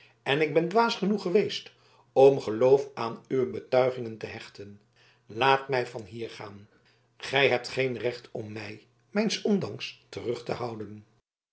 en ik ben dwaas genoeg geweest om geloof aan uwe betuigingen te hechten laat mij van hier gaan gij hebt geen recht om mij mijns ondanks terug te houden